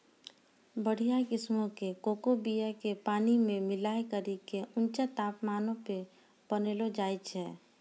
बढ़िया किस्मो के कोको बीया के पानी मे मिलाय करि के ऊंचा तापमानो पे बनैलो जाय छै